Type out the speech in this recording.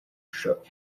shook